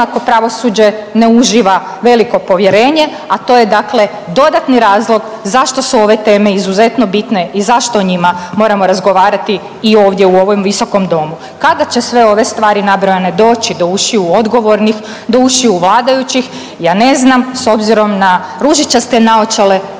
ionako pravosuđe ne uživa veliko povjerenje, a to je dakle dodatni razlog zašto su ove teme izuzetno bitne i zašto o njima moramo razgovarati i ovdje u ovom visokom domu. Kada će sve ove stvari nabrojane doći do ušiju odgovornih, do ušiju vladajućih? Ja ne znam s obzirom na ružičaste naočale